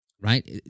right